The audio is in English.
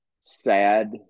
sad